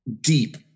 deep